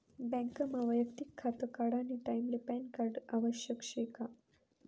बँकमा वैयक्तिक खातं काढानी टाईमले पॅनकार्ड आवश्यक शे का?